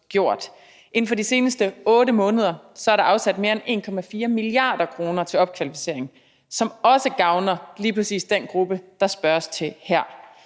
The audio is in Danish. Inden for de seneste 8 måneder er der afsat mere end 1,4 mia. kr. til opkvalificering, som også gavner lige præcis den gruppe, der spørges til her.